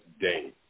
Day